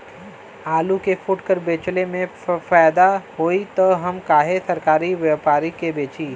आलू के फूटकर बेंचले मे फैदा होई त हम काहे सरकारी व्यपरी के बेंचि?